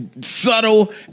subtle